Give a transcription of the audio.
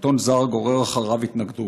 שלטון זר גורר אחריו התנגדות,